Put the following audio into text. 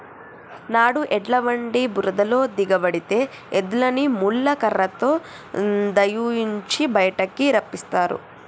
నాడు ఎడ్ల బండి బురదలో దిగబడితే ఎద్దులని ముళ్ళ కర్రతో దయియించి బయటికి రప్పిస్తారు